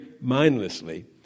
mindlessly